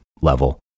level